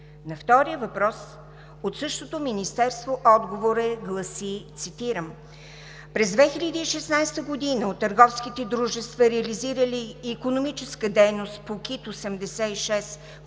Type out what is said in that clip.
На втория въпрос от същото Министерство отговорът гласи, цитирам: „През 2016 г. от търговските дружества, реализирали и икономическа дейност по КИД 86